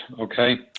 okay